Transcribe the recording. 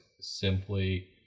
Simply